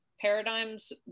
paradigms